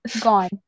gone